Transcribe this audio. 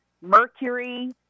mercury